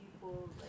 people